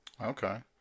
Okay